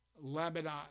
Lebanon